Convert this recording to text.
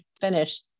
finish